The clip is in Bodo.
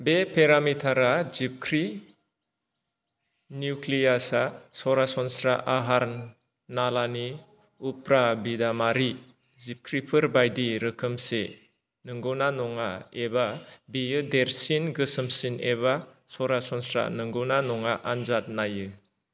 बे पेरामिटारा जिबख्रि निउख्लियासा सरासनस्रा आहार नालानि उफ्रा बिदामारि जिबख्रिफोर बायदि रोखोमसे नंगौना नङा एबा बेयो देरसिन गोसोमसिन एबा सरानसनस्रा नंगौना नङा आनजाद नायो